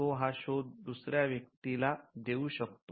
तो हा शोध दुसऱ्या व्येक्ती ला देऊ शकतो